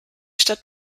stadt